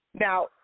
Now